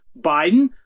Biden